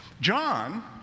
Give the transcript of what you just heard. John